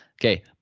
Okay